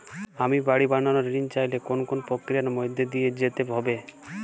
আমি বাড়ি বানানোর ঋণ চাইলে কোন কোন প্রক্রিয়ার মধ্যে দিয়ে যেতে হবে?